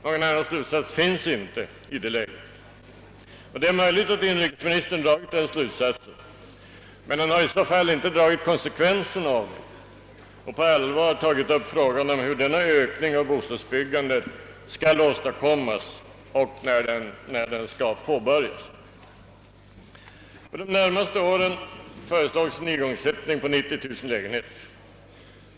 Någon annan slutsats kan helt enkelt inte dras i sammanhanget. Det är möjligt att inri kesministern också dragit denna slutsats, men han har i så fall inte tagit konsekvensen av den och på allvar gått in på frågan om hur ökningen av bostadsbyggandet skall åstadkommas och när den skall påbörjas. För de närmaste åren föreslås en igångsättning på 90009 lägenheter.